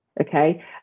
Okay